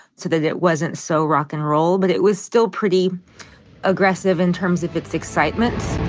so that it wasn't so rock and roll, but it was still pretty aggressive in terms of its excitement